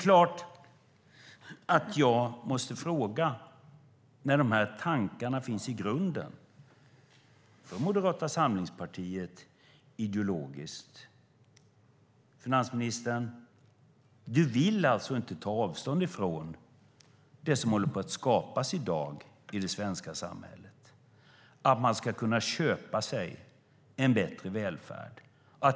När de här tankarna finns i grunden i Moderata samlingspartiet ideologiskt måste jag fråga finansministern: Du vill alltså inte ta avstånd från det som håller på att skapas i dag i det svenska samhället, att man ska kunna köpa sig en bättre välfärd?